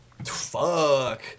Fuck